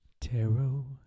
tarot